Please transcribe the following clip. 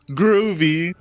groovy